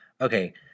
Okay